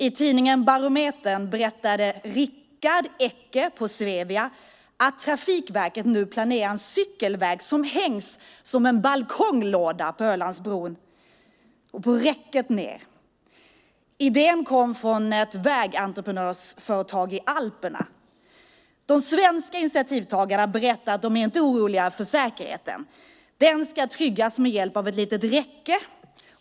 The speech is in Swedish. I tidningen Barometern berättade Rickard Ecke på Svevia att Trafikverket nu planerar en cykelväg som ska hängas som en balkonglåda på Ölandsbrons räcke. Idén kommer från ett vägentreprenörsföretag i alperna. De svenska initiativtagarna berättar att de inte är oroliga för säkerheten som ska tryggas med hjälp av ett litet räcke.